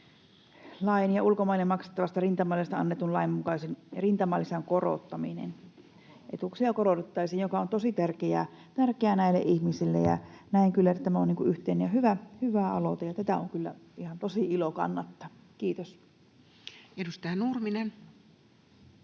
ja ulkomaille maksettavasta rintamalisästä annetun lain mukaisen rintamalisän korottaminen. Etuuksia korotettaisiin, mikä on tosi tärkeää näille ihmisille, ja näen kyllä, että tämä on yhteinen ja hyvä aloite, ja tätä on kyllä ihan tosi ilo kannattaa. — Kiitos. Edustaja Nurminen.